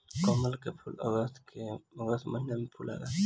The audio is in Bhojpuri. कमल के फूल अगस्त महिना में फुलाला